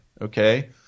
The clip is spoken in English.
Okay